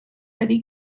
betty